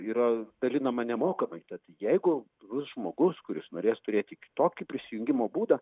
yra dalinama nemokamai tad jeigu bus žmogus kuris norės turėti tik tokį prisijungimo būdą